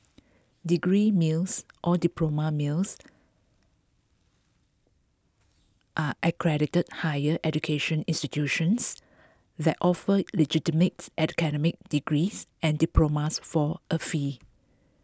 degree mills or diploma mills are unaccredited higher education institutions that offer illegitimate academic degrees and diplomas for a fee